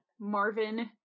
Marvin